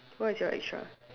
what's your extra